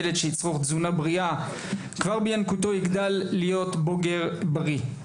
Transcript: ילד שיצרוך תזונה בריאה כבר בינקותו יגדל להיות בוגר בריא.